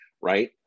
right